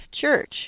church